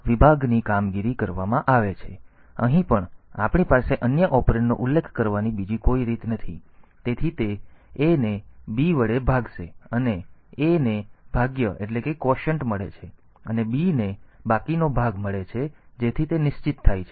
તેથી અહીં પણ આપણી પાસે અન્ય ઓપરેન્ડનો ઉલ્લેખ કરવાની બીજી કોઈ રીત નથી તેથી તે A ને B વડે ભાગશે અને A ને ભાગ્ય મળે છે અને B ને બાકીનો ભાગ મળે છે જેથી તે નિશ્ચિત છે